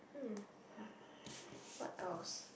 um what else